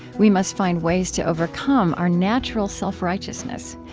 we must find ways to overcome our natural self-righteousness.